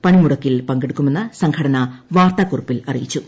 പണിമുടക്കിൽ പങ്കെടുക്കുമെന്ന് സംഘടന വാർത്താ കുറിപ്പിൽ അറിയിച്ചു